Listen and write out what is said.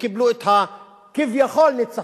קיבלו כביכול ניצחון.